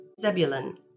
Zebulun